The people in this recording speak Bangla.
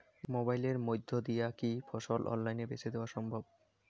মোবাইলের মইধ্যে দিয়া কি ফসল অনলাইনে বেঁচে দেওয়া সম্ভব?